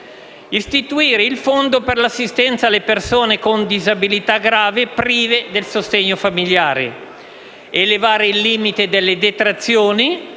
istituire il Fondo per l'assistenza alle persone con disabilità gravi e prive del sostegno familiare, nonché di elevare il limite delle detrazioni